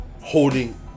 holding